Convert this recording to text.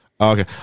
okay